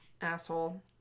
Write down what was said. asshole